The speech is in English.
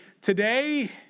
today